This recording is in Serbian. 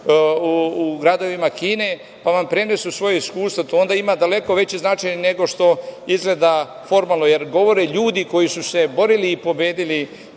u gradovima Kine, pa vam prenesu svoje iskustvo, to onda ima daleko veći značaj nego što izgleda formalno, jer govore ljudi koji su se borili i pobedili